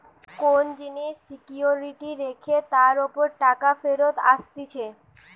কোন জিনিস সিকিউরিটি রেখে তার উপর টাকা ফেরত আসতিছে